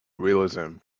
realism